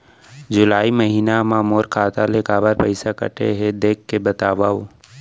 जुलाई महीना मा मोर खाता ले काबर पइसा कटे हे, देख के बतावव?